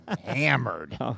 hammered